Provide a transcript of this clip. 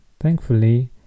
Thankfully